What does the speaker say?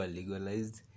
legalized